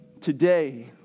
today